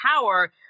power